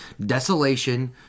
desolation